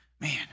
man